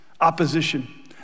opposition